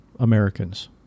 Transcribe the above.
Americans